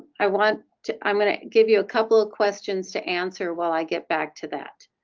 i want to i'm going to give you a couple of questions to answer while i get back to that.